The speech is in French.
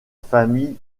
famille